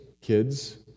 kids